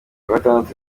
gatandatu